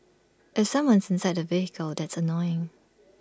if someone's inside the vehicle that's annoying